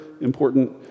important